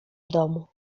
domu